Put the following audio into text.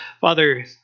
Father